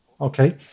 okay